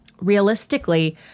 realistically